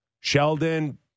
Sheldon